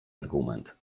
argument